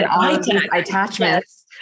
attachments